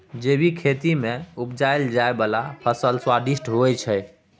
जैबिक खेती मे उपजाएल जाइ बला फसल स्वादिष्ट होइ छै